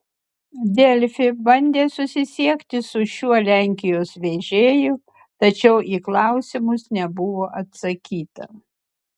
delfi bandė susisiekti su šiuo lenkijos vežėju tačiau į klausimus nebuvo atsakyta